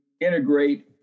integrate